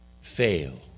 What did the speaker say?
fail